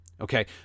Okay